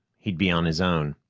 he'd be on his own.